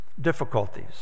Difficulties